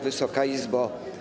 Wysoka Izbo!